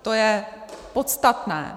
To je podstatné.